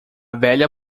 velha